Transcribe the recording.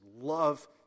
love